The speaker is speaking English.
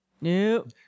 Nope